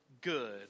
good